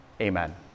Amen